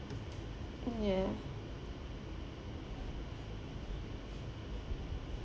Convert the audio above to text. ya